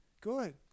good